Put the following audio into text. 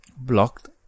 blocked